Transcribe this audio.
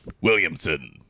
Williamson